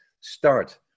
start